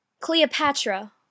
Cleopatra